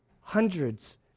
hundreds